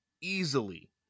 easily